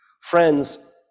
Friends